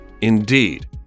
Indeed